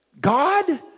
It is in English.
God